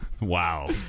Wow